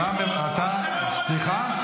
אתה לא יכול להגיד --- אתה מבזה --- סליחה?